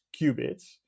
qubits